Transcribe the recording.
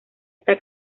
esta